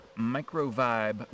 Microvibe